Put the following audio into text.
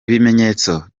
ibimenyetso